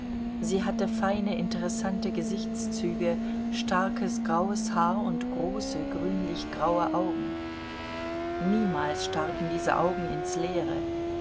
sie hatte feine interessante gesichtszüge starkes graues haar und große grünlich graue augen niemals starrten diese augen in's leere